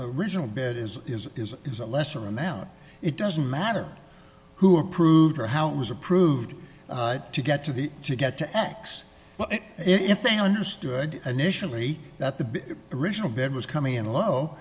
original bet is is is is a lesser amount it doesn't matter who approved or how it was approved to get to the to get to x but if they understood initially that the original bet was coming in low